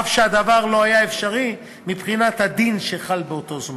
אף שהדבר לא היה אפשרי מבחינת הדין שחל באותו זמן.